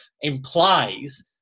implies